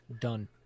Done